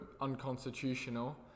unconstitutional